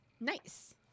Nice